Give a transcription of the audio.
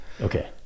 okay